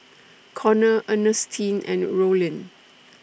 Konnor Ernestine and Rollin